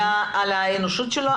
על האנושיות שלה,